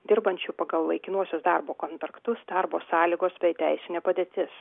dirbančių pagal laikinuosius darbo kontraktus darbo sąlygos bei teisinė padėtis